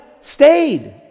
stayed